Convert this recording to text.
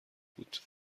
بود